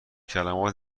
کلمات